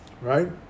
right